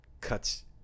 cuts